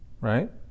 right